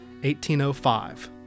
1805